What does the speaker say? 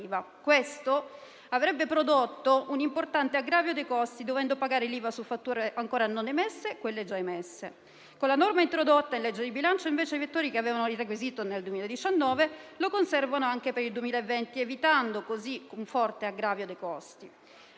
Questo avrebbe prodotto un importante aggravio dei costi, dovendo pagare l'IVA sulle fatture ancora non emesse e su quelle già emesse. Con la norma introdotta nella manovra di bilancio, invece, i vettori che avevano tale requisito nel 2019 lo conservano anche nel 2020, evitando così un forte aggravio dei costi.